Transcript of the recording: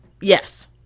Yes